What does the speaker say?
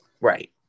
Right